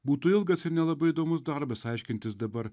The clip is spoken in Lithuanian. būtų ilgas ir nelabai įdomus darbas aiškintis dabar